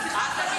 אמרתי,